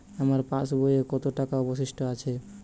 আমার পাশ বইয়ে কতো টাকা অবশিষ্ট আছে?